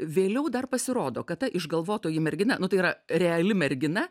vėliau dar pasirodo kad ta išgalvotoji mergina nu tai yra reali mergina